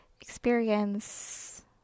experience